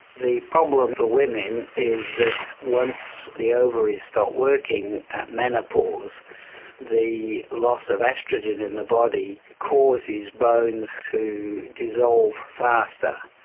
the problem for women is that once the ovaries stop working at menopause the loss of oestrogen in the body causes bones to dissolve faster.